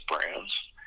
brands